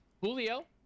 Julio